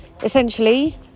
Essentially